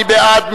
מי בעד?